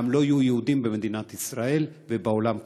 גם לא יהיו יהודים במדינת ישראל ובעולם כולו.